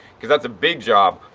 because that's a big job.